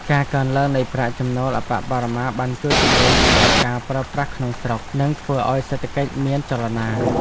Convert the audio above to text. ការកើនឡើងនៃប្រាក់ចំណូលអប្បបរមាបានជួយជំរុញតម្រូវការប្រើប្រាស់ក្នុងស្រុក និងធ្វើឱ្យសេដ្ឋកិច្ចមានចលនា។